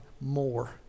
more